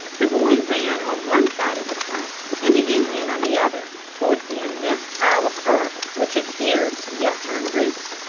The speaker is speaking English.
the boy ran on one side of the trunk and the indian on the other, towards the immense pile of earth which adhered to the upturned roots.